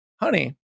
honey